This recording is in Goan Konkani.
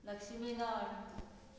लक्ष्मीगण